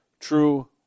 True